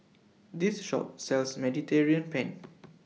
This Shop sells Mediterranean Penne